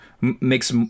makes